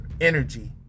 energy